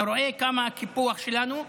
אתה רואה את גודל הקיפוח שלנו?